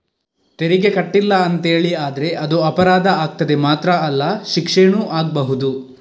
ತೆರಿಗೆ ಕಟ್ಲಿಲ್ಲ ಅಂತೇಳಿ ಆದ್ರೆ ಅದು ಅಪರಾಧ ಆಗ್ತದೆ ಮಾತ್ರ ಅಲ್ಲ ಶಿಕ್ಷೆನೂ ಆಗ್ಬಹುದು